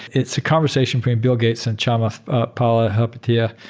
it's a conversation between bill gates and chamath palihapitiya,